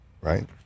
right